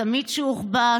צמיד שהוחבא,